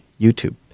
YouTube